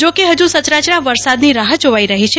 જો કે ફજી સચરાચર વરસાદની રાફ જોવાઈ રહી છે